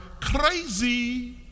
crazy